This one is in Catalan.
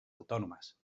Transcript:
autònomes